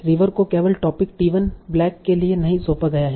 river को केवल topic 1 black के लिए नहीं सौंपा गया है